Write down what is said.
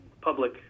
public